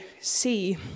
see